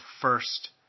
first